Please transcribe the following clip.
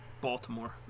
Baltimore